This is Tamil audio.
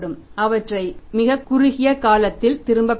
அவற்றை மிகக் குறுகிய காலத்தில் திரும்பப் பெறலாம்